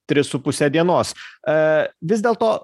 tris su puse dienos e vis dėlto